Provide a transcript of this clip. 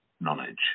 knowledge